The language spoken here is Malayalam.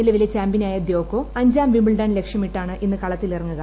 നിലവിലെ ചാമ്പ്യനായ ദ്യോക്കോ അഞ്ചാം വിംബിൾഡൺ ലക്ഷ്യമിട്ടാണ് ഇന്ന് കളത്തിലിറങ്ങുക